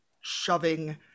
shoving